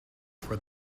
for